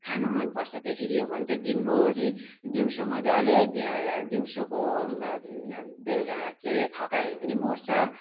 खानु मन पर्छ त्यसरी हो भने चाहिँ दिनभरि दिउँसो मजाले दिउँसोको बेल के हरे थकाइहरू पनि मर्छ